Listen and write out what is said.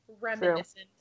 reminiscent